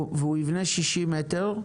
והוא יבנה 60 מטר,